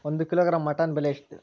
ಒಂದು kilogram mutton ಬೆಲೆ ಎಷ್ಟ್?